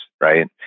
Right